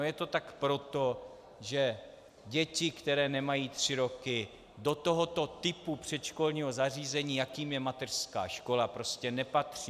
Je to tak proto, že děti, které nemají tři roky, do tohoto typu předškolního zařízení, jakým je mateřská škola, prostě nepatří.